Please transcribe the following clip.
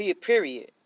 Period